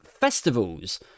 festivals